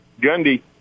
gundy